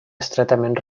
estretament